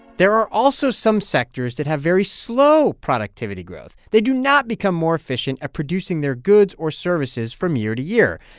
there are also some sectors that have very slow productivity growth. they do not become more efficient at producing their goods or services from year to year.